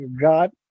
god